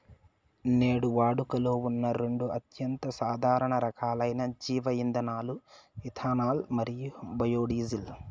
నేడు వాడుకలో ఉన్న రెండు అత్యంత సాధారణ రకాలైన జీవ ఇంధనాలు ఇథనాల్ మరియు బయోడీజిల్